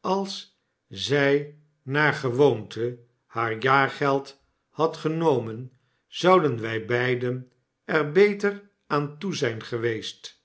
als zij naar gewoonte haar jaargeld had genomen zouden wij beiden er beter aan toe zijn geweest